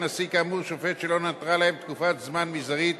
נשיא כאמור שופט שלא נותרה לו תקופת זמן מזערית